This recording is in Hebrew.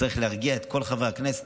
צריך להרגיע את כל חברי הכנסת,